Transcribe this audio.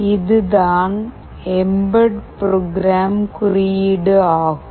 இது தான் embed program குறியீடு ஆகும்